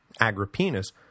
Agrippinus